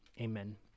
Amen